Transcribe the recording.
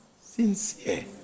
sincere